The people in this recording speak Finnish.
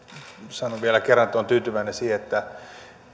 sanon vielä kerran että olen tyytyväinen siihen että